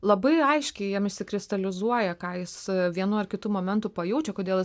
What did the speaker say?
labai aiškiai jam išsikristalizuoja ką jis vienu ar kitu momentu pajaučia kodėl jis